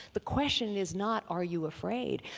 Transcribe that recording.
the question is not are you afraid?